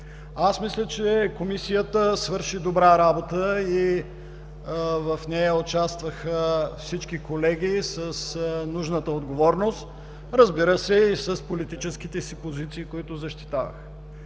Аз мисля, че Комисията свърши добра работа и в нея участваха всички колеги с нужната отговорност, разбира се, и с политическите си позиции, които защитаваха.